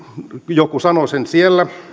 joku sanoi sen siellä